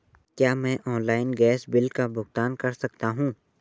क्या मैं online gas bill का भुगतान कर सकता हूँ?